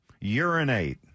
urinate